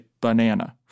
banana